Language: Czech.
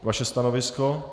Vaše stanovisko?